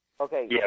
Okay